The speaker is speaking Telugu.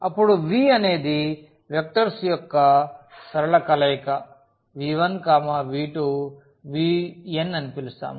అప్పుడు v అనేది వెక్టర్స్ యొక్క సరళ కలయిక v1v2vn అని పిలుస్తాము